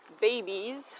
babies